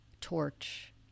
torch